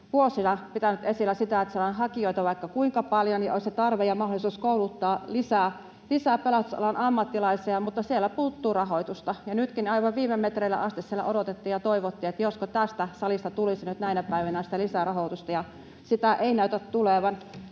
vuosia pitänyt esillä sitä, että sinne saadaan hakijoita vaikka kuinka paljon ja siellä on tarve ja mahdollisuus kouluttaa lisää pelastusalan ammattilaisia mutta sieltä puuttuu rahoitusta. Ja nytkin aivan viime metreille asti siellä odotettiin ja toivottiin, josko tästä salista tulisi nyt näinä päivinä sitä lisärahoitusta, mutta sitä ei näytä tulevan.